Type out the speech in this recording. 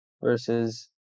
versus